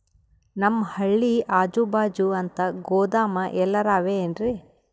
ನಮ್ ಹಳ್ಳಿ ಅಜುಬಾಜು ಅಂತ ಗೋದಾಮ ಎಲ್ಲರೆ ಅವೇನ್ರಿ?